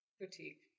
Boutique